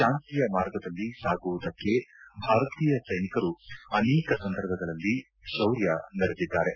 ಶಾಂತಿಯ ಮಾರ್ಗದಲ್ಲಿ ಸಾಗುವುದಕ್ಕೆ ಭಾರತೀಯ ಸೈನಿಕರು ಅನೇಕ ಸಂದರ್ಭಗಳಲ್ಲಿ ಶೌರ್ಯ ಮೆರೆದಿದ್ದಾರೆ